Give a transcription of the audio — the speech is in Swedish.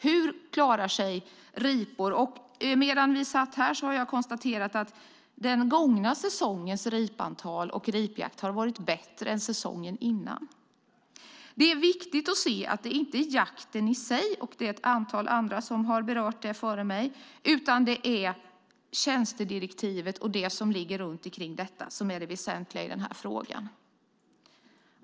Hur klarar sig riporna? Den gångna säsongens ripantal och ripjakt har varit bättre än säsongen innan. Det är viktigt att se, vilket andra redan har berört, att det inte är jakten i sig utan tjänstedirektivet och det som ligger runt det som är det väsentliga i denna fråga.